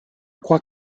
crois